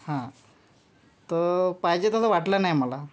हां तर पाहिजे तसा वाटला नाही मला